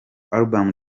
album